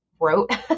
wrote